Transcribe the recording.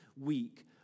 week